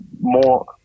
More